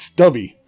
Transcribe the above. Stubby